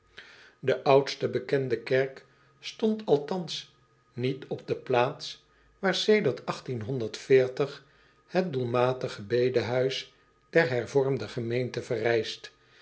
n d e kerk stond althans niet op de plaats waar sedert het doelmatige bedehuis der erv emeente